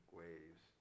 waves